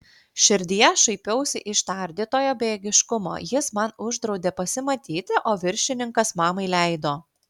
širdyje šaipiausi iš tardytojo bejėgiškumo jis man uždraudė pasimatyti o viršininkas mamai leido